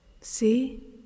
See